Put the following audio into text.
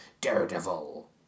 Daredevil